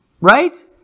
Right